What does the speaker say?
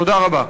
תודה רבה.